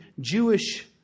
Jewish